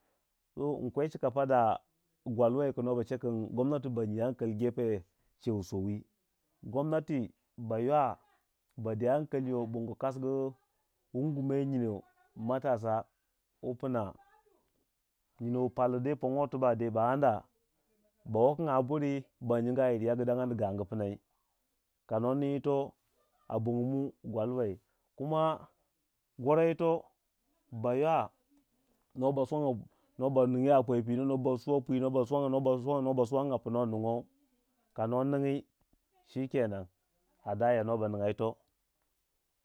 Nkwe chuka pa da gwal wei ku no ba cheki gomnati banyi hankali chewu sowi gomnati ba ywa bade ankaliyo bongo kasugu wungu nyinou matasa wu pna nyinou wu paluw pongo ba a ana ba wakanga buri ba nyinga yir yagu danganuw gangu pnai kano ningi yito a bogonmu gwaloi, kuma goro ito ba ywa no basoma no ba ningya a poyo pino, noba suwa pwi, noba suwanga no suwanga pu no nungouw, kano kingi shikenan a daya noba ninga yito.